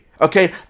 Okay